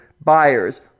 buyers